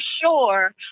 sure